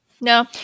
no